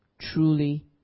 truly